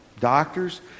doctors